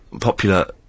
popular-